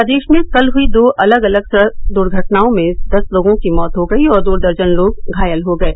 प्रदेश में कल हुई दो अलग अलग दुर्घटनाओं में दस लोगों की मौत हो गयी और दो दर्जन लोग घायल हो गये